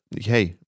Hey